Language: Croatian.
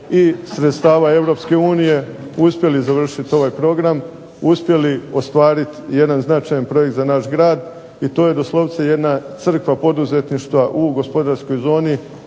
i sredstava Europske unije uspjeli završiti ovaj program, uspjeli ostvariti jedan značajan projekt za naš grad, i to je doslovce jedna crkva poduzetništva u gospodarskoj zoni